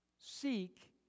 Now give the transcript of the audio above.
Seek